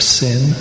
sin